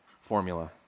formula